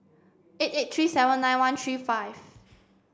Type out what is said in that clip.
eight eight three seven nine one three five